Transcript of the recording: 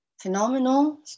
phenomenal